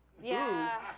yeah,